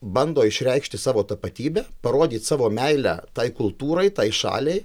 bando išreikšti savo tapatybę parodyt savo meilę tai kultūrai tai šaliai